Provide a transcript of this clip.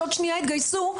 שעוד שנייה התגייסו,